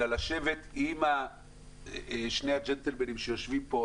אלא לשבת עם שני הג'נטלמנים שיושבים פה,